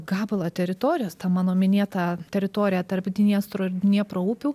gabalą teritorijos tą mano minėtą teritoriją tarp dniestro ir dniepro upių